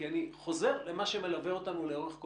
כי אני חוזר למה שמלווה אותנו לאורך הדיון.